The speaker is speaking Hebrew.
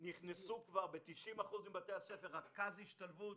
נכנס כבר ב-90% מבתי הספר רכז השתלבות,